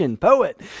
Poet